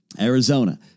Arizona